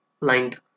lined